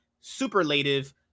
superlative